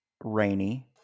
rainy